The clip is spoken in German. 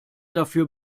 dafür